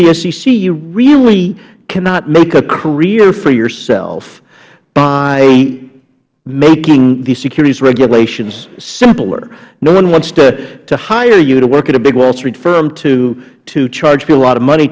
the sec you really cannot make a career for yourself by making the securities regulations simpler no one wants to hire you to work at a big wall street firm to charge you a lot of money